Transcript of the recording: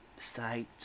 site